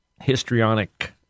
histrionic